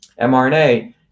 mRNA